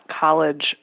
college